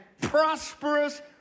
prosperous